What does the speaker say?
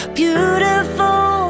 beautiful